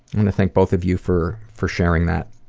want to thank both of you for for sharing that